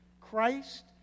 Christ